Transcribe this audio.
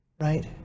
right